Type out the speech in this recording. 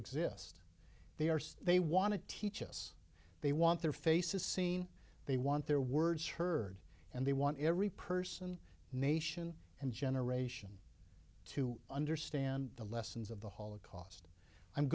exist they are so they want to teach us they want their faces seen they want their words heard and they want every person nation and generation to understand the lessons of the holocaust i'm